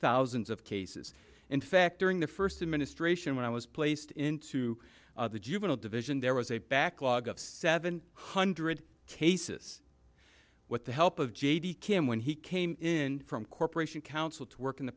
thousands of cases in fact during the first administration when i was placed into the juvenile division there was a backlog of seven hundred cases with the help of j d kim when he came in from corporation counsel to work in the